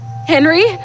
Henry